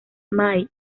may